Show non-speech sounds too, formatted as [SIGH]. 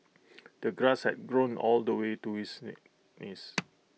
[NOISE] the grass had grown all the way to his [UNINTELLIGIBLE] knees